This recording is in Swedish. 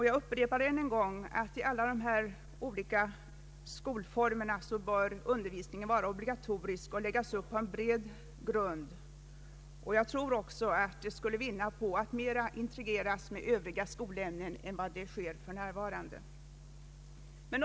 Jag upprepar än en gång att undervisningen i alla dessa olika skolformer bör vara obligatorisk och läggas upp på en bred grund, och jag tror också att den skulle vinna på att mera integreras med övriga skolämnen än som för närvarande sker.